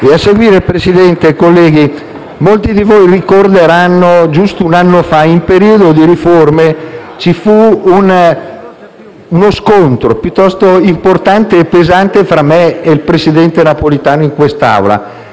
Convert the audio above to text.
A seguire, Presidente, colleghi, molti di voi ricorderanno che, giusto un anno fa, in periodo di riforme, ci fu uno scontro piuttosto importante e pesante tra me e il presidente Napolitano in quest'Assemblea.